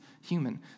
human